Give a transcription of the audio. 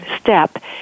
step